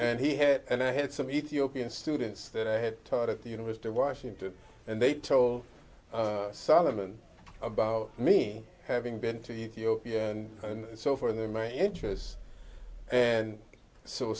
and he had and i had some ethiopian students that i had taught at the university of washington and they told solomon about me having been to ethiopia and so for them my interest and so